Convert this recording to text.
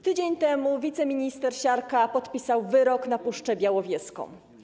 Tydzień temu wiceminister Siarka podpisał wyrok na Puszczę Białowieską.